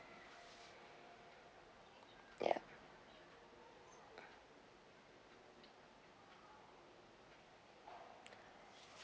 yup